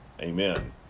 amen